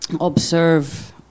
observe